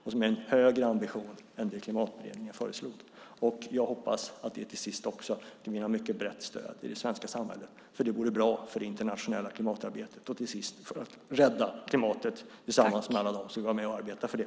Det innebär en högre ambition än vad Klimatberedningen föreslog. Jag hoppas att det till sist också vinner ett mycket brett stöd i det svenska samhället. Det vore mycket bra för det internationella klimatarbetet och för att kunna rädda klimatet tillsammans med alla dem som vill vara med och arbeta för det.